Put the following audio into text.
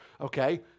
okay